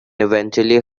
eventually